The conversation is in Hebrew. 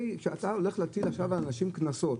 אתה הולך עכשיו להטיל על אנשים קנסות,